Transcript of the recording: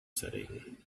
setting